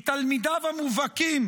מתלמידיו המובהקים